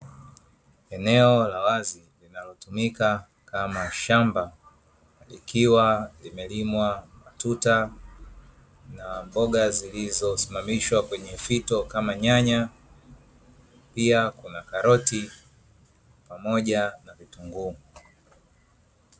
Eneo la wazi linalotumika kama shamba, likiwa limelimwa matuta na mboga zilizosimamishwa kwenye fito kama nyanya, pia kuna karoti pamoja na vitunguu.